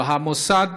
והמוסד